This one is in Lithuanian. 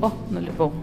o nulipau